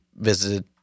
visited